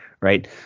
Right